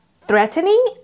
threatening